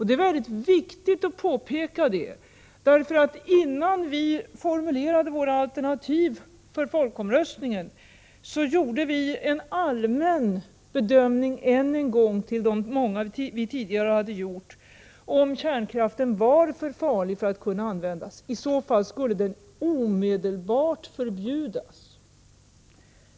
Det är väldigt viktigt att påpeka detta, därför att innan vi formulerade våra alternativ i folkomröst ningen gjorde vi en allmän bedömning, utöver de många vi tidigare hade gjort, huruvida kärnkraften var för farlig för att kunna användas. I så fall skulle den omedelbart förbjudas.